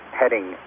heading